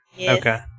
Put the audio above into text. Okay